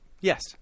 Yes